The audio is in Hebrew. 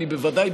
אני בוודאי,